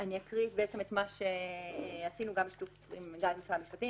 אני אקרא מה שעשינו גם בשיתוף משרד המשפטים